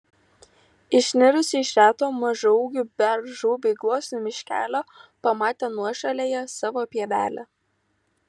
išnirusi iš reto mažaūgių beržų bei gluosnių miškelio pamatė nuošaliąją savo pievelę